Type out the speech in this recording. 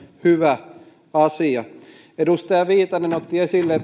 hyvä asia kun edustaja viitanen otti esille